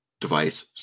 device